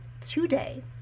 today